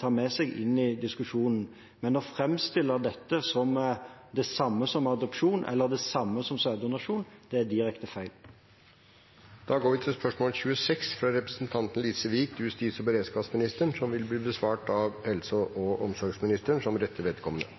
ta med seg inn i diskusjonen. Men å framstille dette som det samme som adopsjon eller det samme som sæddonasjon er direkte feil. Vi går da til spørsmål 26. Dette spørsmålet, fra representanten Lise Wiik til justis- og beredskapsministeren, vil bli besvart av helse- og omsorgsministeren som rette vedkommende.